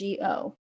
GO